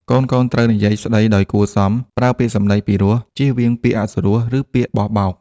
កូនៗត្រូវនិយាយស្តីដោយគួរសម ប្រើពាក្យសំដីពីរោះ ចៀសវាងពាក្យអសុរោះ ឬពាក្យបោះបោក។